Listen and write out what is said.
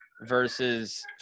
versus